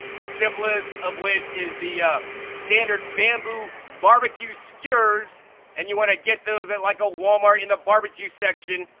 the simplest of which is the standard bamboo barbeque skewers and you wanna get those at like a wal-mart in the barbeque section.